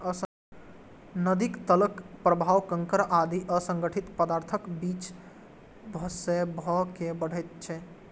नदीक तलक प्रवाह कंकड़ आदि असंगठित पदार्थक बीच सं भए के बहैत छै